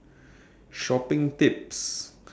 shopping tips